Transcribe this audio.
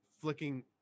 flicking